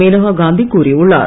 மேனகா காந்தி கூறியுள்ளார்